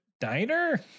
diner